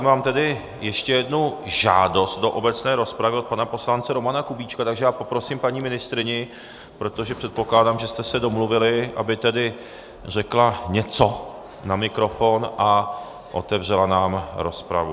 Mám tady ještě jednu žádost do obecné rozpravy od pana poslance Romana Kubíčka, takže poprosím paní ministryni, protože předpokládám, že jste se domluvili, aby tedy řekla něco na mikrofon a otevřela nám rozpravu.